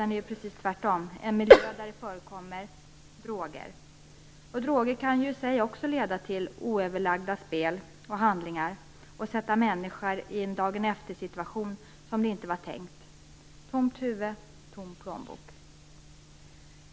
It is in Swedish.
Det är precis tvärtom en miljö där det förekommer droger. Droger kan i sig också leda till oöverlagda spel och handlingar och försätta människor i en dagen-efter-situation som de inte hade tänkt sig: tomt huvud och tom plånbok.